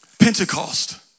Pentecost